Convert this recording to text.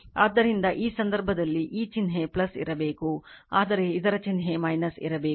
ಆದ್ದರಿಂದ ಈ ಸಂದರ್ಭದಲ್ಲಿ ಈ ಚಿಹ್ನೆ ಇರಬೇಕು ಆದರೆ ಇದರ ಚಿಹ್ನೆ ಇರಬೇಕು